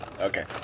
Okay